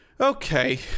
Okay